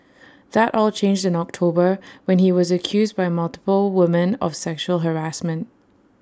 that all changed in October when he was accused by multiple women of sexual harassment